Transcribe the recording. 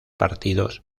partidos